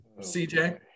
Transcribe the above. CJ